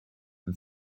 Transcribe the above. and